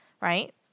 right